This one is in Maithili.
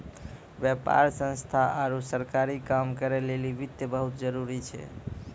व्यापार संस्थान आरु सरकारी काम करै लेली वित्त बहुत जरुरी छै